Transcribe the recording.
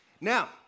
Now